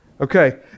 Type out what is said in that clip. Okay